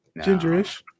gingerish